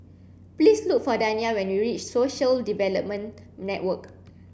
please look for Dania when you reach Social Development Network